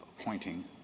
appointing